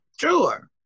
sure